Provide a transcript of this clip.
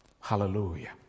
Hallelujah